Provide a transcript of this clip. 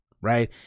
right